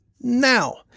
Now